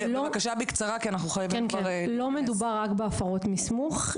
לא מדובר רק בהפרות מסמוך,